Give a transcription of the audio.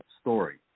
story